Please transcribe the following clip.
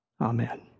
Amen